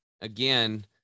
again